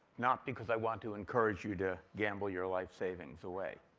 not because i want to encourage you to gamble your life savings away.